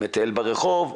מטייל ברחוב,